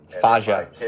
Faja